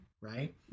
right